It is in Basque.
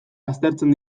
aztertzen